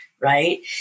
Right